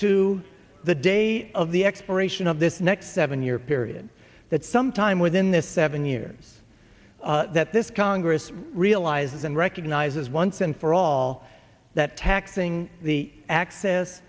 to the day of the expiration of this next seven year period that some time within this seven years that this congress realizes and recognizes once and for all that taxing the access